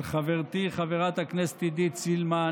אל חברתי חברת הכנסת עידית סילמן